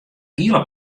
giele